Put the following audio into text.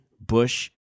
Bush